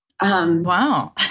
wow